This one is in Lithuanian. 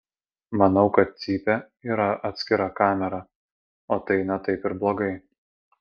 manau kad cypė yra atskira kamera o tai ne taip ir blogai